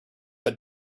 but